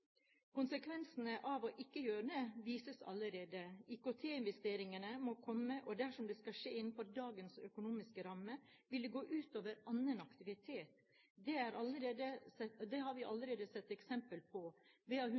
Konsekvensene av ikke å gjøre det vises allerede. IKT-investeringene må komme, og dersom det skal skje innenfor dagens økonomiske rammer, vil det gå ut over annen aktivitet. Det har vi allerede sett eksempler på ved at det